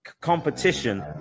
competition